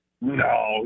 No